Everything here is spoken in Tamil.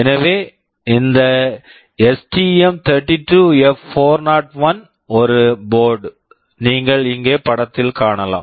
எனவே இந்த எஸ்டிஎம்32எப்401 STM32F401 ஒரு போர்ட்டு board நீங்கள் இங்கே படத்தைக் காணலாம்